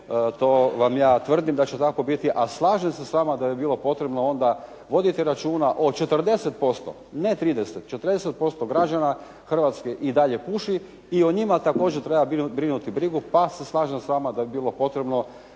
to vam ja tvrdim da će tako biti. A slažem se s vama da bi bilo potrebno onda voditi računa o 40%, ne 30, 40% građana Hrvatske i dalje puši i o njima također treba brinuti brigu pa se slažem s vama da bi bilo potrebno